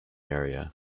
area